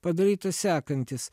padarytas sekantis